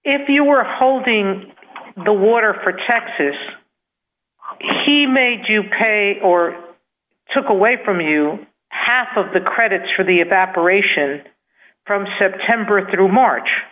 if you were holding the water for texas he made you pay or took away from you half of the credits for the evaporation from september through march